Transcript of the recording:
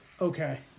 Okay